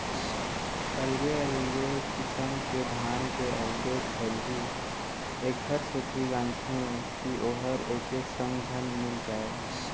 अलगे अलगे किसम के धान के अलगे खरही एकर सेती गांजथें कि वोहर एके संग झन मिल जाय